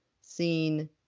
seen